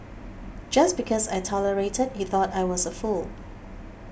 just because I tolerated he thought I was a fool